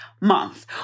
month